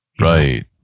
right